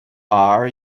are